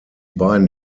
beiden